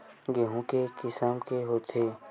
गेहूं के किसम के होथे?